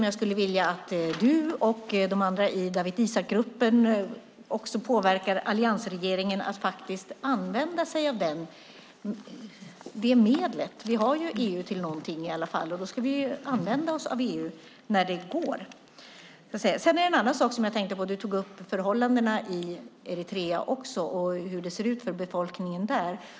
Jag skulle vilja att du och de andra i Dawit Isaak-gruppen påverkar alliansregeringen att faktiskt använda sig av detta medel. Vi har EU till någonting i alla fall. Då ska vi använda oss av EU när det går. En annan sak som jag tänker på är det du, Karin, sade om förhållandena i Eritrea och om hur det ser ut för befolkningen där.